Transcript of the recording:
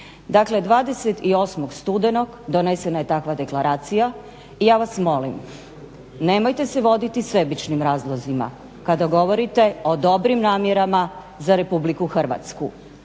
Dakle, 28. studenog donesena je takva deklaracija i ja vas molim nemojte se voditi sebičnim razlozima kada govorite o dobrim namjerama za RH. Svaka